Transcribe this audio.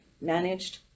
Managed